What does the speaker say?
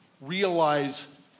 realize